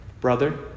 Brother